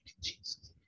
Jesus